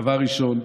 דבר ראשון,